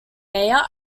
mayor